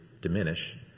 diminish